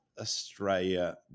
Australia